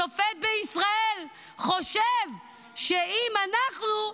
שופט בישראל חושב שאם אנחנו,